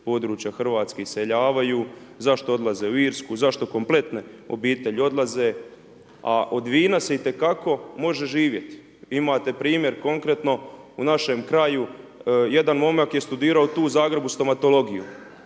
područja Hrvatske iseljavaju, zašto odlaze u Irsku, zašto kompletne obitelji odlaze, a od vina se itekako može živjeti. Imate primjer konkretno u našem kraju jedan momak je studirao tu u Zagrebu stomatologiju,